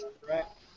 Correct